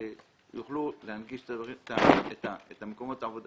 שיוכלו להנגיש את מקומות העבודה